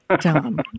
Tom